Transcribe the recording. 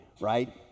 right